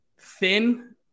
thin